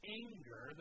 anger